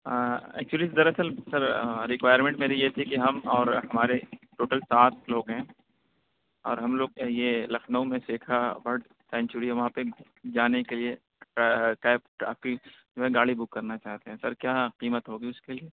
actually دراصل sir requirement میری یہ تھی کہ ہم اور ہمارے ٹوٹل سات لوگ ہیں اور ہم لوگ کا یہ لكھنؤ میں سیكھا برڈ سنچوری ہے وہاں پہ جانے کے لیے کیب آپ کی گاڑی بک کرنا چاہتے ہیں سر کیا قیمت ہوگی اس کے لیے